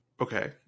okay